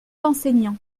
d’enseignants